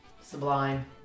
Sublime